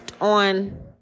on